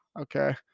okay